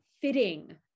fitting